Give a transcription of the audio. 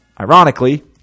ironically